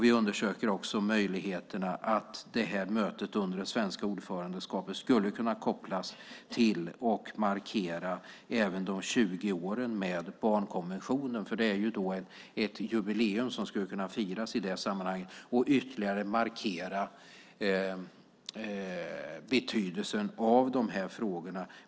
Vi undersöker också möjligheterna att mötet under det svenska ordförandeskapet skulle kunna kopplas till och markera även de 20 åren med barnkonventionen. Det är ett jubileum som skulle kunna firas i sammanhanget. Då skulle man ytterligare kunna markera betydelsen av de här frågorna.